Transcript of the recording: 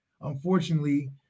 unfortunately